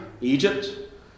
Egypt